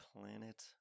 planet